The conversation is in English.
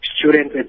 students